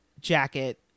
jacket